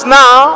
now